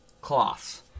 cloths